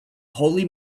holy